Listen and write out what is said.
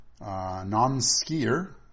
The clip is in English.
non-skier